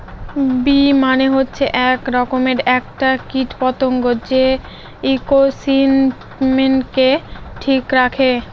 bee মানে হচ্ছে এক রকমের একটা কীট পতঙ্গ যে ইকোসিস্টেমকে ঠিক রাখে